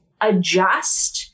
adjust